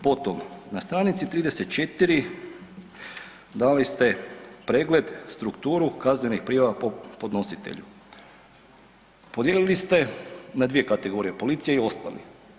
Potom, na str. 34 dali ste pregled strukturu kaznenih prijava po podnositelju, podijelili ste na dvije kategorije, policija i ostali.